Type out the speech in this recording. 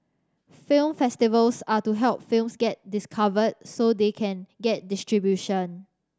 film festivals are to help films get discovered so they can get distribution